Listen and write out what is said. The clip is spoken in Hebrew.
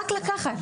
רק לקחת.